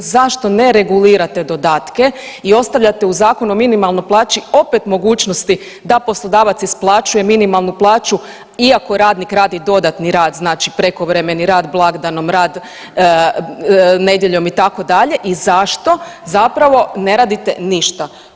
Zašto ne regulirate dodatke i ostavljate u Zakonu o minimalnoj plaći opet mogućnosti da poslodavac isplaćuje minimalnu plaću iako radnik radi dodatni rad, znači prekovremeni rad, blagdanom rad, nedjeljom itd. i zašto zapravo ne radite ništa?